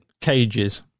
Cages